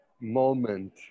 moment